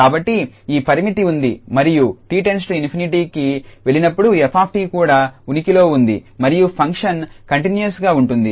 కాబట్టి ఈ పరిమితి ఉంది మరియు 𝑡 →∞కి వెళ్లినప్పుడు f𝑡 కూడా ఉనికిలో ఉంది మరియు ఫంక్షన్ కంటిన్యూస్ గా ఉంటుంది